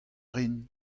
rin